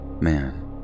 man